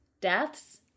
deaths